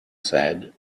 said